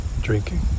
Drinking